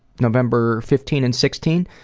november fifteen and sixteen,